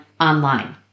online